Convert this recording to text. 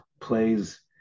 plays